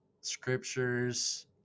scriptures